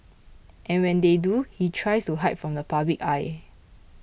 and when they do he tries to hide from the public eye